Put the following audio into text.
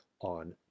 on